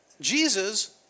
Jesus